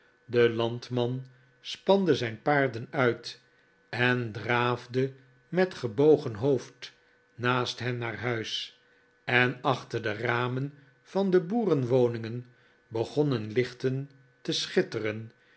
de landman spande zijn paarden uit en draafde met gebogen hoofd naast hen naar huis en achter de ramen van de boerenwoningen begonnen lichten te schitteren